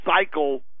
cycle